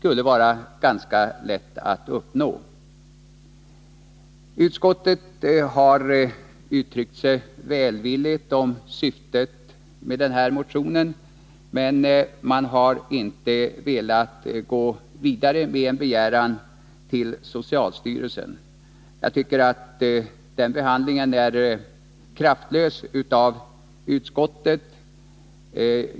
Utskottet har uttryckt sig välvilligt om syftet med denna motion, men man har inte velat gå vidare med en begäran till socialstyrelsen. Jag tycker att det är en kraftlös behandling från utskottets sida.